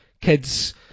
kids